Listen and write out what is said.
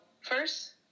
first